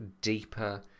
deeper